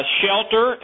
shelter